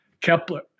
Kepler